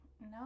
No